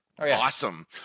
awesome